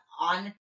on